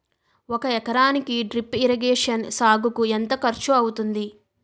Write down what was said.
ఒక ఎకరానికి drip irrigation సాగుకు ఎంత ఖర్చు అవుతుంది?